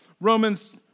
Romans